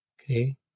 Okay